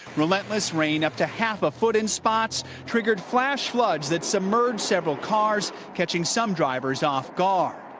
relentless rain up to half a foot in spots, triggered flash floods that submerged several cars, catching some drivers offguard.